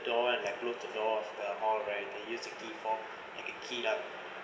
the one that closed the door of the hall right they use the key fob the key up